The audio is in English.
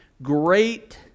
Great